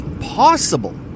possible